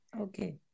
Okay